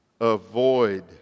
avoid